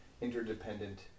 interdependent